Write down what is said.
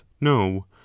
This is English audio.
No